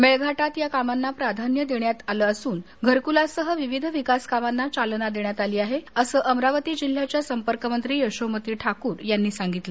मेळघाटात या कामांना प्राधान्य देण्यात आलं असून घरकुलासह विविध विकासकामांना चालना देण्यात आली आहे असं अमरावती जिल्ह्याच्या संपर्कमंत्री यशोमती ठाकूर यांनी सांगितलं